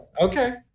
Okay